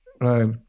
Right